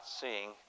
seeing